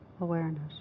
awareness